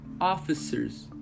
officers